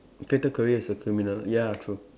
fated career is a criminal ya true